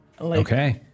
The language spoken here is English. Okay